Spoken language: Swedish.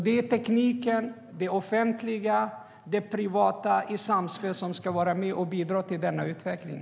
Det är tekniken, det offentliga och det privata i samspel som ska vara med och bidra till denna utveckling.